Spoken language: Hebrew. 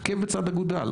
עקב בצד אגודל,